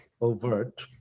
overt